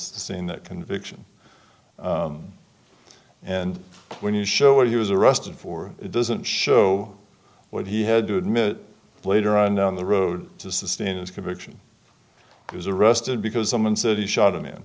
seeing that conviction and when you show what he was arrested for it doesn't show what he had to admit later on down the road to sustain his conviction he was arrested because someone said he shot